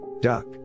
duck